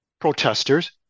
protesters